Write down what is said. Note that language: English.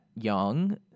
young